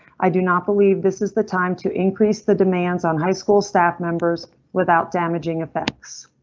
i do not believe this is the time to increase the demands on high school staff members without damaging effects.